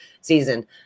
season